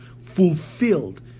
fulfilled